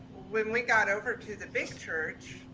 when we got over to the big church,